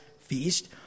feast